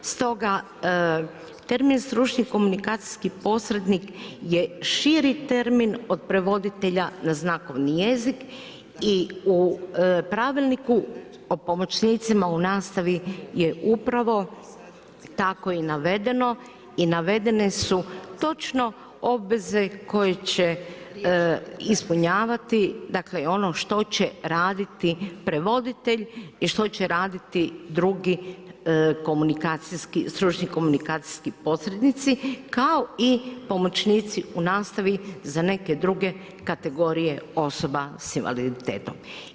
Stoga, termin stručni komunikacijski posrednik, je širi termin od prevoditelja na znakovni jezik i u pravilniku o pomoćnicima u nastavi je upravo tako i navedeno i navedene su točno obveze koje će ispunjavati, dakle, ono što će raditi prevoditelj i što će raditi drugi stručni komunikacijski posrednici, kao i pomoćnici u nastavi za neke druge kategorije osoba s invaliditetom.